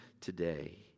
today